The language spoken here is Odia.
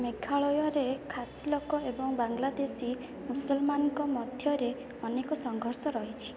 ମେଘାଳୟରେ ଖାସି ଲୋକ ଏବଂ ବାଂଲାଦେଶୀ ମୁସଲ୍ମାନ୍ଙ୍କ ମଧ୍ୟରେ ଅନେକ ସଂଘର୍ଷ ରହିଛି